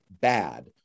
bad